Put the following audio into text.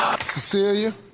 Cecilia